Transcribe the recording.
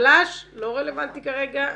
הוא גלש, לא רלוונטי כרגע.